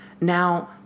Now